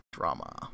drama